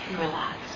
relax